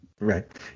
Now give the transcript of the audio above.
Right